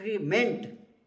meant